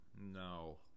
No